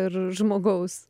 ir žmogaus